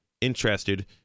interested